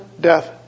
death